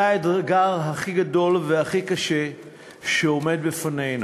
זה האתגר הכי גדול והכי קשה שעומד בפנינו.